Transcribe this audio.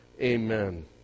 Amen